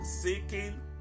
seeking